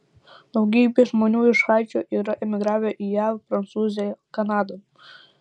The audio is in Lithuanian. daugybė žmonių iš haičio yra emigravę į jav prancūziją kanadą